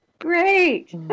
Great